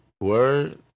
word